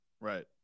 Right